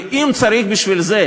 ואם צריך בשביל זה,